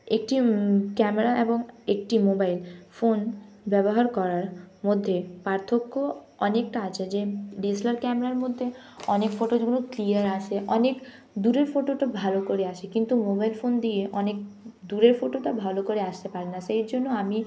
একটি ক্যামেরা এবং একটি মোবাইল ফোন ব্যবহার করার মধ্যে পার্থক্য অনেকটা আছে যে ডি এস এল আর ক্যামেরার মধ্যে অনেক ফটোজগুলো ক্লিয়ার আসে অনেক দূরের ফোটোটা ভালো করে আসে কিন্তু মোবাইল ফোন দিয়ে অনেক দূরের ফোটোটা ভালো করে আসতে পারে না সেই জন্য আমি